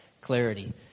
clarity